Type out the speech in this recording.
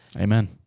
Amen